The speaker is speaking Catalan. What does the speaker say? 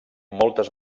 moltes